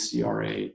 CRA